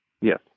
Yes